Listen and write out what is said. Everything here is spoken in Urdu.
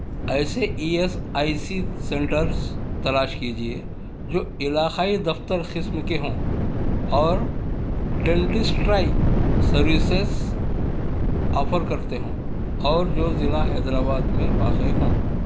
ایسے E S I C centres تلاش کیجیے جو علاقائی دفتر قسم کے ہوں اور ڈینٹسٹرائی سروسس آفر کرتے ہوں اور جو ضلعہ حیدرآباد میں واقع ہوں